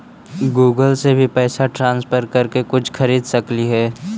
Google से भी पैसा ट्रांसफर कर के कुछ खरिद सकलिऐ हे?